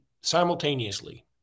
simultaneously